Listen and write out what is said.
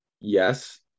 yes